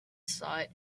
site